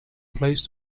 place